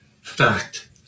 Fact